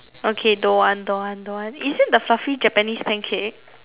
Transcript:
okay don't want don't want don't want is it the fluffy japanese pancake